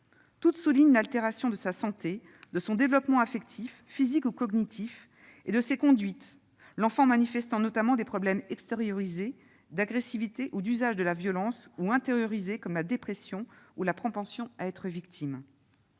Toutes soulignent l'altération de sa santé, de son développement affectif, physique ou cognitif et de ses conduites, l'enfant manifestant notamment des problèmes « extériorisés » d'agressivité ou d'usage de la violence ou « intériorisés », comme la dépression et la propension à être victime.